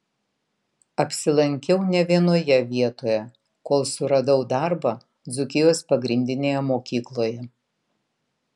apsilankiau ne vienoje vietoje kol suradau darbą dzūkijos pagrindinėje mokykloje